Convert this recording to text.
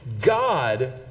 God